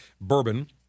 bourbon